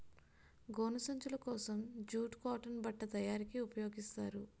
గోను సంచులు కోసం జూటు కాటన్ బట్ట తయారీకి ఉపయోగిస్తారు